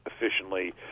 efficiently